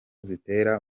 zitera